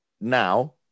now